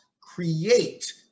create